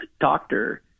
doctor